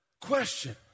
Question